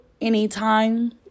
anytime